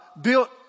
built